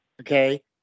Okay